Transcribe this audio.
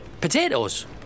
potatoes